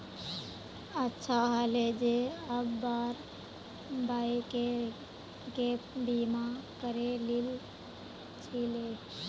अच्छा हले जे अब्बार बाइकेर गैप बीमा करे लिल छिले